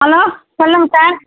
hello சொல்லுங்கள் sir